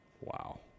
Wow